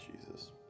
Jesus